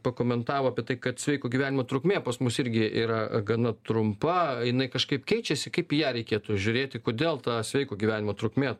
pakomentavo apie tai kad sveiko gyvenimo trukmė pas mus irgi yra gana trumpa jinai kažkaip keičiasi kaip į ją reikėtų žiūrėti kodėl ta sveiko gyvenimo trukmė